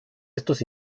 estos